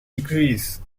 degrees